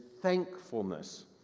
thankfulness